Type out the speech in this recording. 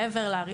מה עושים?